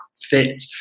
fit